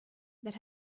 that